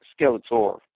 Skeletor